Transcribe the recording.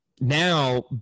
Now